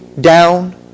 down